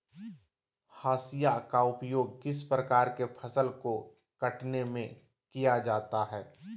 हाशिया का उपयोग किस प्रकार के फसल को कटने में किया जाता है?